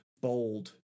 bold